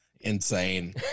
Insane